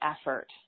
effort